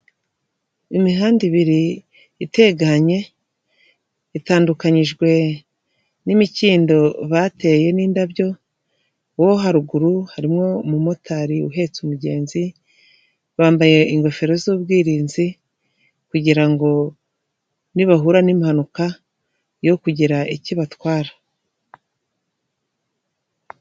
Imihanda ibiri itekanye, itandukanijwe n'imikindo bateyemo indabyo, uwo haruguru harimo umumotari uhetse umugenzi, bambaye ingofero z'ubwirinzi, kugira ngo nibahura n'impanuka yere kugira icyo ibatwara.